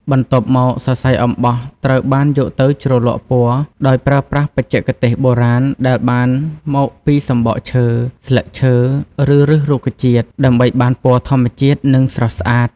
បន្ទាប់មក សរសៃអំបោះត្រូវបានយកទៅ ជ្រលក់ពណ៌ ដោយប្រើប្រាស់បច្ចេកទេសបុរាណដែលបានមកពីសំបកឈើ ស្លឹកឈើ ឬឫសរុក្ខជាតិ ដើម្បីបានពណ៌ធម្មជាតិ និងស្រស់ស្អាត។